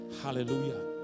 Hallelujah